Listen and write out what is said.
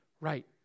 right